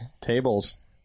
tables